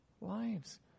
lives